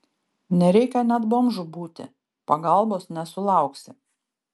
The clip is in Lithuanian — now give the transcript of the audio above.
nereikia net bomžu būti pagalbos nesulauksi